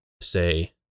say